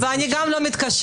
האמת שאני גם לא מתקשרת.